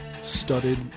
studded